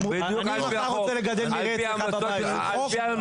אני מחר רוצה לגדל מרעה אצלך בבית, מותר לי?